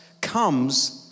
comes